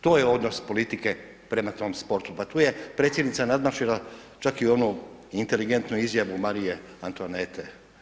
To je odnos politike prema tom sportu, pa tu je predsjednica nadmašila čak i onu inteligentnu izjavu Marije Antonete.